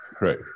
right